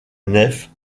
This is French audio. nef